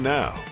now